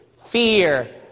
fear